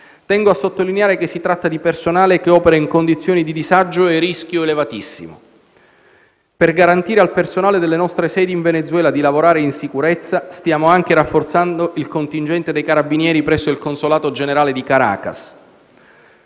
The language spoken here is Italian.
Tengo a sottolineare che si tratta di personale che opera in condizioni di disagio e rischio elevatissimo. Per garantire al personale delle nostre sedi in Venezuela di lavorare in sicurezza, stiamo anche rafforzando il contingente dei Carabinieri presso il consolato generale di Caracas.